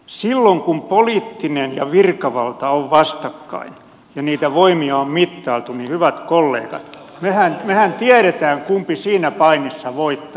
silloin kun poliittinen valta ja virkavalta ovat vastakkain ja niitä voimia on mittailtu niin hyvät kollegat mehän tiedämme kumpi siinä painissa voittaa